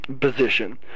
position